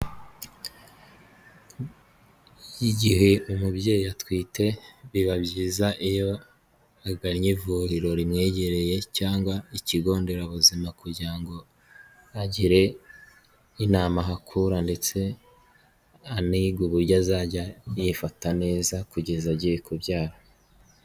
Igihe umubyeyi atwite biba byiza iyo agannye ivuriro ri rimwegereye cyangwa ikigo nderabuzima kugira ngo agirwe inama ahakura, ndetse aniga uburyo azajya yifata neza kugeza agiye kubyara.